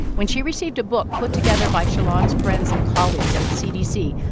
when she received a book put together by shalon's friends and colleagues at the cdc,